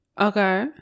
Okay